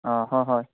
অঁ হয় হয়